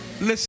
Listen